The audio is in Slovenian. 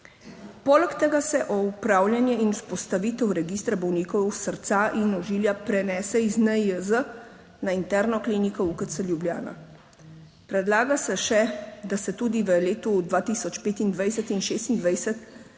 Poleg tega se v upravljanje in vzpostavitev registra bolnikov srca in ožilja prenese iz NIJZ na interno kliniko UKC Ljubljana. Predlaga se še, da se tudi v letu 2025 in 2026 programi